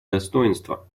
достоинство